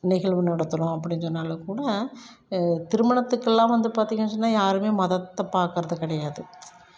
நிகழ்வு நடத்துகிறோம் அப்படின்னு சொன்னாலும் கூட திருமணத்துக்கு எல்லாம் வந்து பார்த்திங்கன்னு சொன்னா யாருமே மதத்தை பார்க்கறது கிடையாது